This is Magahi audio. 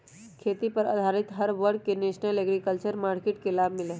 खेती पर आधारित हर वर्ग के नेशनल एग्रीकल्चर मार्किट के लाभ मिला हई